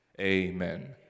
Amen